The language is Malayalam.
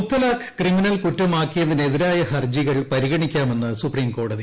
മുത്തലാഖ് ക്രിമിനൽ കുറ്റമാക്കിയതിനെതിരായ മുത്തലാഖ് ഹർജികൾ പരിഗണിക്കാമെന്ന് സുപ്രീംകോടതി